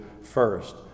first